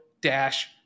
dash